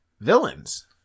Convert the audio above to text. villains